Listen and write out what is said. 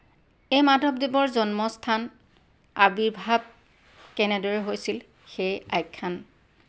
এই মাধৱদেৱৰ জন্মস্থান আবিৰ্ভাৱ কেনেদৰে হৈছিল সেই আখ্যান